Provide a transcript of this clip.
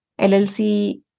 LLC